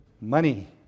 money